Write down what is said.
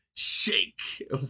shake